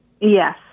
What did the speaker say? Yes